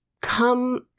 come –